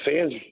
fans